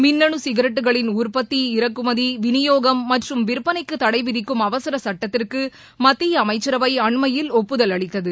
மின்னனு சிகரெட்டுகளின் உற்பத்தி இறக்குமதி விநியோகம் மற்றும் விற்பனைக்கு தடை விதிக்கும் அவசர சுட்டத்திற்கு மத்திய அமைச்சரவை அண்மையில் ஒப்புதல் அளித்தது